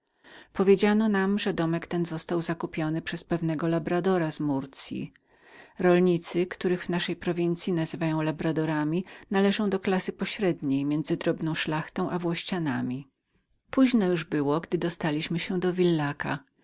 powiedziano nam że domek ten został zakupiony przez pewnego labradora z murcyi rolnicy których w naszej prowincyi nazywają labradorami należą do zamożnej klassy pośredniej między szlachtą a włościanami poźno już było gdy dostaliśmy się do villaca